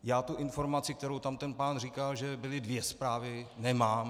Já informaci, kterou tam ten pán říkal, že byly dvě zprávy, nemám.